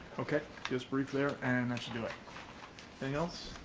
okay, just brief there and i should do it. anything else?